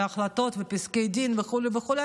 ההחלטות ופסקי הדין וכו' וכו',